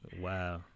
Wow